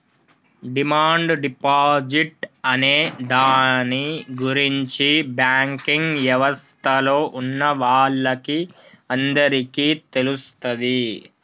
demand deposit అనే దాని గురించి బ్యాంకింగ్ యవస్థలో ఉన్నవాళ్ళకి అందరికీ తెలుస్తది